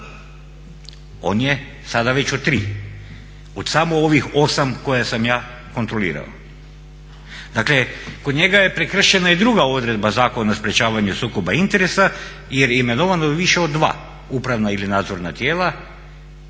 On je sada već u tri, od samo ovih 8 koje sam ja kontrolirao. Dakle, kod njega je prekršena i druga odredba Zakona o sprječavanju sukoba interesa jer je imenovan u više od 2 upravna ili nadzorna tijela,